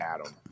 Adam